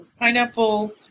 pineapple